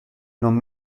non